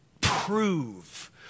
prove